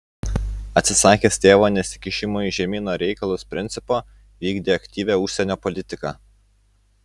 atsisakęs tėvo nesikišimo į žemyno reikalus principo vykdė aktyvią užsienio politiką